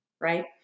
Right